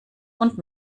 und